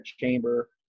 chamber